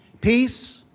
Peace